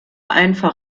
einfach